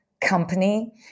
company